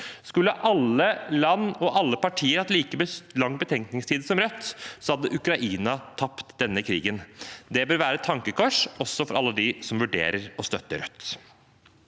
Skulle alle land og alle partier hatt like lang betenkningstid som Rødt, hadde Ukraina tapt denne krigen. Det bør være et tankekors, også for alle dem som vurderer å støtte Rødt.